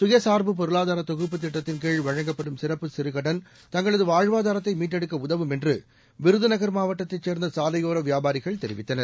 சுயசார்பு பொருளாதார தொகுப்பு திட்டத்தின்கீழ் வழங்கப்படும் சிறப்பு சிறுகடன் தங்களது வாழ்வாதாரத்தை மீட்டெடுக்க உதவும் என்று விருதுநகர் மாவட்டத்தைச் சேர்ந்த சாலையோர வியாபாரிகள் தெரிவித்தனர்